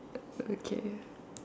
okay